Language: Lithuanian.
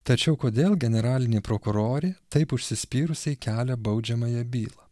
tačiau kodėl generalinė prokurorė taip užsispyrusiai kelia baudžiamąją bylą